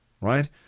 Right